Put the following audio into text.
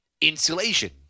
insulation